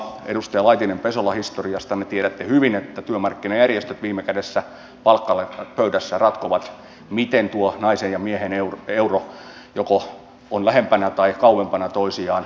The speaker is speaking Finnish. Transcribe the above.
edustaja laitinen pesola historiastanne tiedätte hyvin että työmarkkinajärjestöt viime kädessä palkkapöydässä ratkovat miten tuo naisen ja miehen euro on joko lähempänä tai kauempana toisiaan